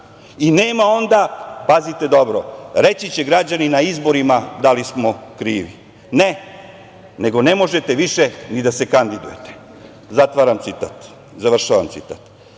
i nema onda, pazite dobro, reći će građani na izborima da li smo krivi. Ne, nego ne možete više ni da se kandidujete.“ Završen citat. Oni